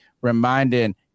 reminding